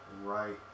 right